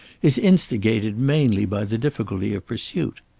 is instigated mainly by the difficulty of pursuit.